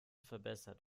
verbessert